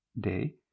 day